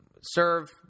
serve